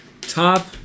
Top